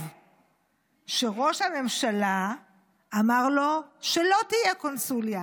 שראש הממשלה אמר לו שלא תהיה קונסוליה,